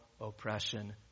oppression